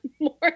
more